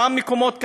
מקומות כאלה,